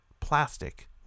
plastic